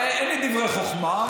אין לי דברי חוכמה,